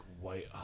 white